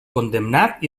condemnat